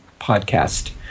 podcast